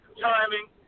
timing